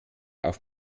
auf